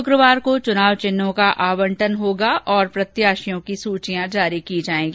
शुक्रवार को चुनाव चिन्हों का आवंटन होगा तथा प्रत्याशियों की सूचियां जारी की जायेंगी